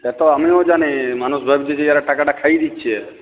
সে তো আমিও জানি মানুষ ভাবছে যে এরা টাকাটা খাইয়ে দিচ্ছে